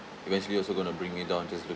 eventually also going to bring me down just looking